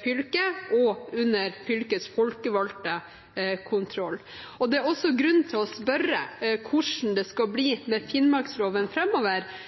fylket, og under fylkets folkevalgte kontroll. Det er også grunn til å spørre hvordan det skal bli med finnmarksloven